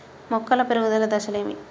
మొక్కల పెరుగుదల దశలు ఏమిటి?